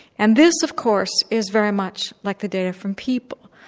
and this of course is very much like the data from people.